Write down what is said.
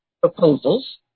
proposals